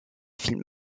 films